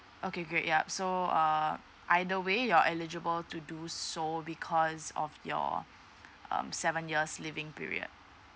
okay great yup so err either way you're eligible to do so because of your um seven years living period